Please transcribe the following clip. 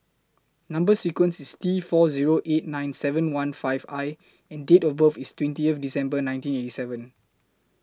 Number sequence IS T four Zero eight nine seven one five I and Date of birth IS twenty December nineteen eighty seven